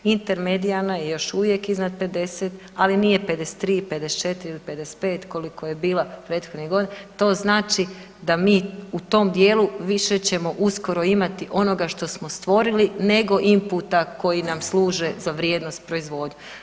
Intermedijalna je, još uvijek iznad 50 ali nije 53, 54 ili 55 koliko je bila prethodnih godina, to znači da mi u tom djelu više ćemo uskoro imati onoga što smo stvorili nego input koji nam služe za vrijednost proizvodnje.